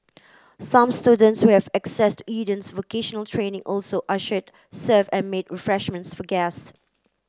some students who have access to Eden's vocational training also ushered served and made refreshments for guests